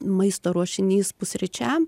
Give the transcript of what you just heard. maisto ruošinys pusryčiam